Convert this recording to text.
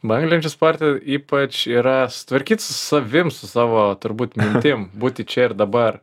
banglenčių sporte ypač yra susitvarkyt su savim su savo turbūt mintim būti čia ir dabar